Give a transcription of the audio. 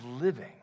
living